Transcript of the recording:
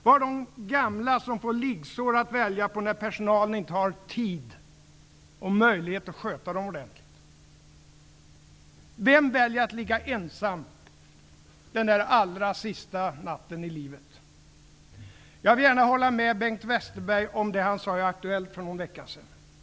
Vem väljer att ligga ensam, den där allra sista natten i livet? Jag håller med Bengt Westerberg om det han sade i programmet Aktuellt för någon vecka sedan.